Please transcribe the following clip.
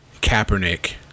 Kaepernick